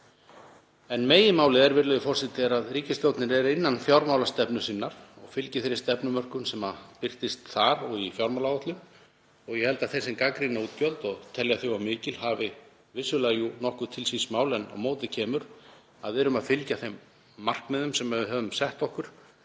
En meginmálið er, virðulegi forseti, að ríkisstjórnin er innan fjármálastefnu sinnar og fylgir þeirri stefnumörkun sem birtist þar og í fjármálaáætlun. Ég held að þeir sem gagnrýna útgjöld og telja þau of mikil hafi vissulega nokkuð til síns máls en á móti kemur að við erum að fylgja þeim markmiðum sem við höfum sett okkur